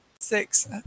six